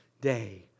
day